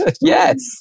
Yes